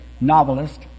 novelist